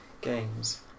Games